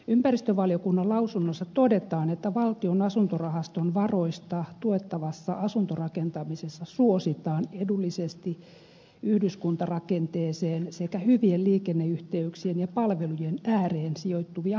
ympäristövaliokunnan lausunnossa todetaan että valtion asuntorahaston varoista tuettavassa asuntorakentamisessa suositaan edullisesti yhdyskuntarakenteeseen sekä hyvien liikenneyhteyksien ja palvelujen ääreen sijoittuvia hankkeita